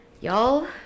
y'all